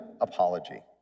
apology